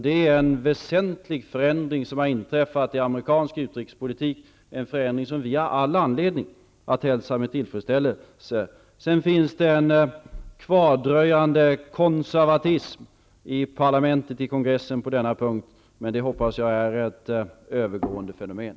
Det är en väsentlig förändring som har inträffat i amerikansk utrikespolitik -- en förändring som vi har all anledning att hälsa med tillfredsställelse. Det finns en kvardröjande konservatism i den amerikanska kongressen på denna punkt, men det hoppas jag är ett övergående fenomen.